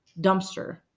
dumpster